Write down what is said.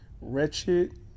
wretched